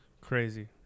crazy